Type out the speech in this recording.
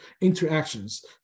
interactions